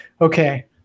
Okay